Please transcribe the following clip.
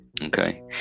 Okay